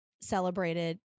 celebrated